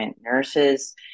nurses